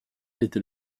était